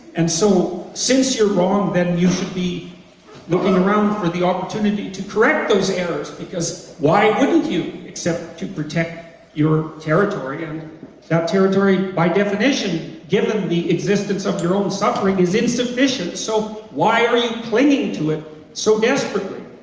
and so since you're wrong, then you should be in around for the opportunity to correct those errors because why wouldn't you? except to protect your territory and that territory by definition, given the existence of your own suffering, is insufficient so why are you clinging to it so desperately?